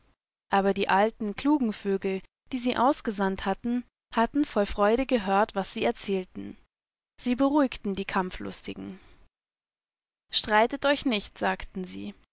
aber die alten klugen vögel die sie ausgesandt hatten voll freude gehört was sie erzählten sieberuhigtendiekampflustigen streiteteuchnicht sagtensie sovielhabenwirauseurenwortenerfahren